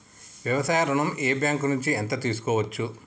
వ్యవసాయ ఋణం ఏ బ్యాంక్ నుంచి ఎంత తీసుకోవచ్చు?